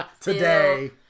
today